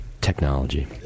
technology